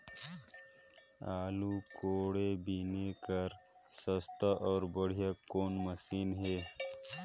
आलू कोड़े बीने बर सस्ता अउ बढ़िया कौन मशीन हे?